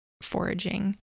foraging